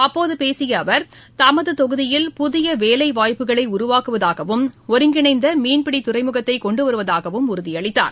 அப்போதுபேசியஅவர் தமதுதொகுதியில் புதியவேலைவாய்ப்புகளைஉருவாக்குவதாகவும் ஒருங்கிணைந்தமீன்பிடிதுறைமுகத்தைகொண்டுவருவதாகவும் உறுதியளித்தார்